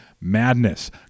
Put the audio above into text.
Madness